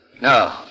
No